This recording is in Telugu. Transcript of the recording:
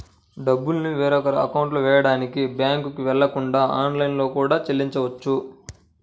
డబ్బుని వేరొకరి అకౌంట్లో వెయ్యడానికి బ్యేంకుకి వెళ్ళకుండా ఆన్లైన్లో కూడా చెల్లించొచ్చు